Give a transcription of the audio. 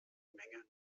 menge